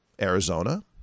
Arizona